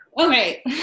Okay